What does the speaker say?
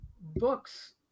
books